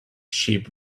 sheep